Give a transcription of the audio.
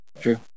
true